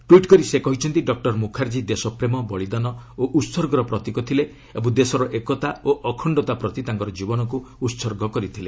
tweet କରି ସେ କହିଛନ୍ତି ଡକ୍ଟର ମୁଖାର୍ଚ୍ଚୀ ଦେଶ ପ୍ରେମ ବଳୀଦାନ ଓ ଉତ୍ସର୍ଗର ପ୍ରତୀକ ଥିଲେ ଏବଂ ଦେଶର ଏକତା ଓ ଅଖଣ୍ଡତା ପ୍ରତି ତାଙ୍କର ଜୀବନକୁ ଉତ୍ସର୍ଗ କରିଥିଲେ